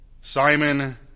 Simon